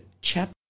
chapter